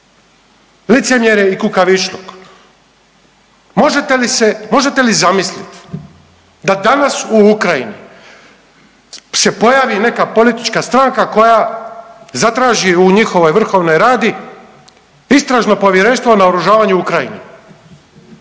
licemjerje i kukavičluk. Možete li zamisliti da danas u Ukrajini se pojavi neka politička stranka koja zatraži u njihovoj vrhovnoj Radi istražno povjerenstvo o naoružavanju Ukrajine.